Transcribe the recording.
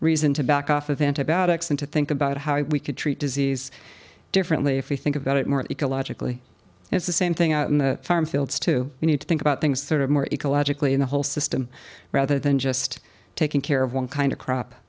reason to back off of antibiotics and to think about how we could treat disease differently if we think about it more ecologically it's the same thing out in the farm fields too we need to think about things that are more ecologically in the whole system rather than just taking care of one kind of cr